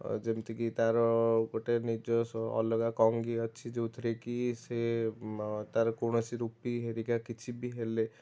ଅ ଯେମିତି କି ତାର ଗୋଟେ ନିଜସ୍ୱ ଅଲଗା କଂଘୀ ଅଛି ଯେଉଥିରେ କି ସେ ତାର କୌଣସି ରୁପି ହେରିକା କିଛି ବି ହେଲେ